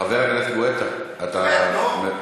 חבר הכנסת גואטה, אתה, כן, לא?